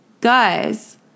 Guys